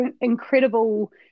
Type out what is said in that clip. incredible